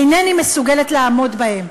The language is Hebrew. אינני מסוגלת לעמוד בו".